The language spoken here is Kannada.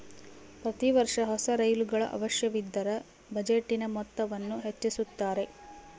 ಪ್ರತಿ ವರ್ಷ ಹೊಸ ರೈಲುಗಳ ಅವಶ್ಯವಿದ್ದರ ಬಜೆಟಿನ ಮೊತ್ತವನ್ನು ಹೆಚ್ಚಿಸುತ್ತಾರೆ